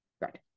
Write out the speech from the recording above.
Right